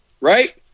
right